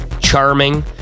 charming